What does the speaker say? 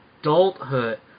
adulthood